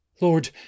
Lord